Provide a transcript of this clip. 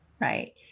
Right